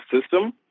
system